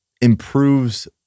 improves